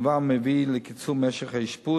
הדבר מביא לקיצור משך האשפוז,